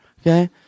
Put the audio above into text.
Okay